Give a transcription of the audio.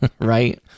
right